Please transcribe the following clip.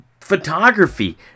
photography